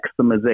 maximization